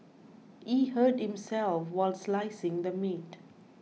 he hurt himself while slicing the meat